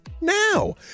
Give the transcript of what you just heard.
now